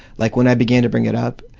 like when i began to bring it up,